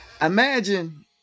imagine